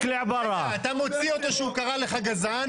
אתה מוציא אותו שהוא קרא לך גזען,